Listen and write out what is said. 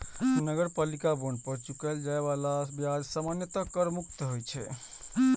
नगरपालिका बांड पर चुकाएल जाए बला ब्याज सामान्यतः कर मुक्त होइ छै